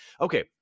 Okay